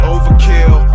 Overkill